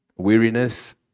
weariness